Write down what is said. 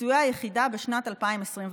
ביצועי היחידה בשנת 2021: